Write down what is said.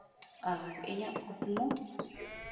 ᱟᱨ ᱤᱧᱟᱹᱜ ᱠᱩᱠᱢᱩ